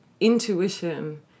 intuition